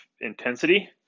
intensity